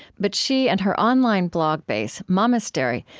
but she and her online blog base, momastery,